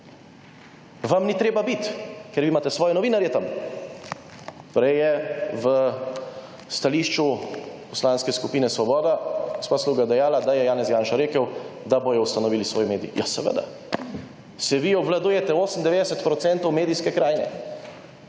Vam ni treba biti, ker vi imate svoje novinarje tam. Prej je v stališču Poslanske skupine Svoboda gospa Sluga dejala, da je Janez Janša rekel, da bodo ustanovili svoj medij. Ja, seveda, saj vi obvladujete 98 % medijske krajine!